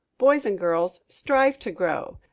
boys and girls, strive to grow.